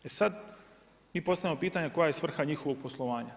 E sada, mi postavljamo pitanje koja je svrha njihovog poslovanja.